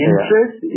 Interest